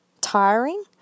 tiring